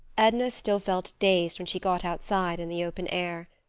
edna still felt dazed when she got outside in the open air.